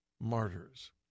martyrs